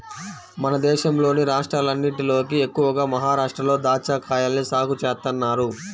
మన దేశంలోని రాష్ట్రాలన్నటిలోకి ఎక్కువగా మహరాష్ట్రలో దాచ్చాకాయల్ని సాగు చేత్తన్నారు